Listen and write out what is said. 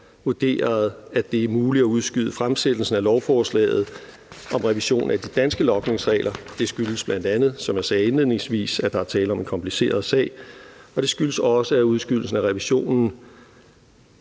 vurderet, at det er muligt at udskyde fremsættelsen af lovforslaget om revision af de danske logningsregler. Det skyldes bl.a., som jeg sagde indledningsvis, at der er tale om en kompliceret sag, og det skyldes også, at udskydelsen af revisionen